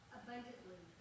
abundantly